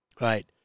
Right